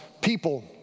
people